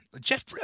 Jeff –